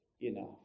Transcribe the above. enough